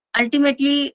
ultimately